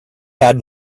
had